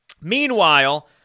Meanwhile